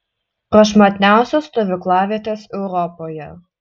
prašmatniausios stovyklavietės europoje